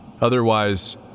otherwise